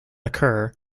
occur